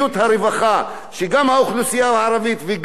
שגם האוכלוסייה הערבית וגם הפריפריה,